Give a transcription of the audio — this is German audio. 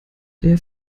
der